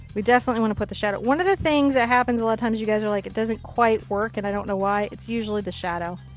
we definitely want to put the shadow. one of the things that happens a lot of times is you guys are like it doesn't quite work and i don't know why. it's usually the shadow.